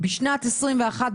בשנת 2021,